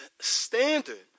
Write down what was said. standard